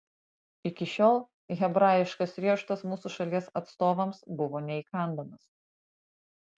iki šiol hebrajiškas riešutas mūsų šalies atstovams buvo neįkandamas